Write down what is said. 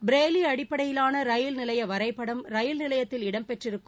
பிரையிலி அடிப்படையிலான ரயில்நிலைய வரைப்படம் ரயில் நிலையத்தில் இடம்பெற்றிருக்கும்